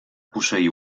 posseir